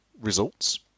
results